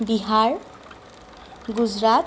Bihar Gujarat